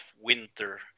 winter